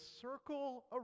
circle